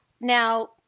Now